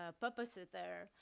ah purpose ah there.